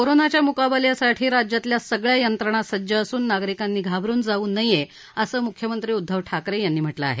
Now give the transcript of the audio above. कोरोनाच्या मुकाबल्यासाठी राज्यातल्या सगळ्या यंत्रणा सज्ज असून नागरिकांनी घाबरून जाऊ नये असं मुख्यमंत्री उद्धव ठाकरे यांनी म्हटलं आहे